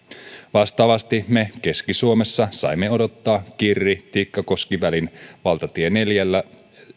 vastaavasti me keski suomessa saimme odottaa kirri tikkakoski välin valtatie neljällä